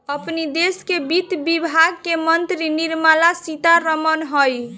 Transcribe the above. अपनी देस के वित्त विभाग के मंत्री निर्मला सीता रमण हई